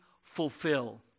fulfill